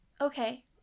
okay